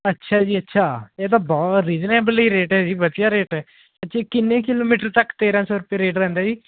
ਅੱਛਾ ਜੀ ਅੱਛਾ ਇਹ ਤਾਂ ਬਹੁਤ ਰੀਜ਼ਨੇਬਲ ਹੀ ਰੇਟ ਹੈ ਜੀ ਵਧੀਆ ਰੇਟ ਹੈ ਅੱਛਾ ਕਿੰਨੇ ਕਿਲੋਮੀਟਰ ਤੱਕ ਤੇਰ੍ਹਾਂ ਸੌ ਰੁਪਇਆ ਰੇਟ ਰਹਿੰਦਾ ਜੀ